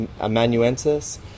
amanuensis